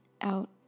out